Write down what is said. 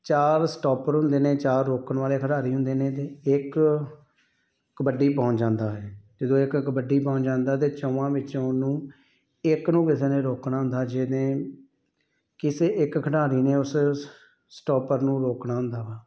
ਚਾਰ ਸਟੋਪਰ ਹੁੰਦੇ ਨੇ ਚਾਰ ਰੋਕਣ ਵਾਲੇ ਖਿਡਾਰੀ ਹੁੰਦੇ ਨੇ ਅਤੇ ਇੱਕ ਕਬੱਡੀ ਪਾਉਣ ਜਾਂਦਾ ਹੈ ਜਦੋਂ ਇੱਕ ਕਬੱਡੀ ਪਾਉਣ ਜਾਂਦਾ ਹੈ ਤਾਂ ਚੌਹਾਂ ਵਿੱਚੋਂ ਉਹਨੂੰ ਇੱਕ ਨੂੰ ਕਿਸੇ ਨੇ ਰੋਕਣਾ ਹੁੰਦਾ ਹੈ ਜਿਹਨੇ ਕਿਸੇ ਇੱਕ ਖਿਡਾਰੀ ਨੇ ਉਸ ਸਟੋਪਰ ਨੂੰ ਰੋਕਣਾ ਹੁੰਦਾ ਵਾ